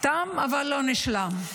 תם אבל לא נשלם.